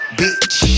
bitch